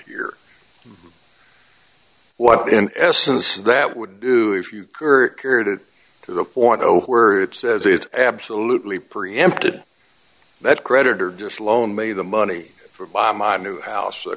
here what in essence that would do if you carried it to the point where it says it's absolutely preempted that creditor just loan me the money for buy my new house